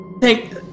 Thank